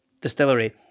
distillery